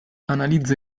analizza